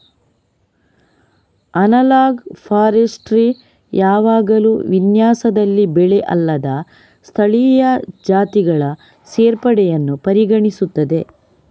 analogue forestry ಯಾವಾಗಲೂ ವಿನ್ಯಾಸದಲ್ಲಿ ಬೆಳೆ ಅಲ್ಲದ ಸ್ಥಳೀಯ ಜಾತಿಗಳ ಸೇರ್ಪಡೆಯನ್ನು ಪರಿಗಣಿಸುತ್ತದೆ